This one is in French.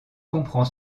comprend